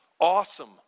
Awesome